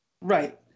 Right